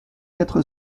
quatre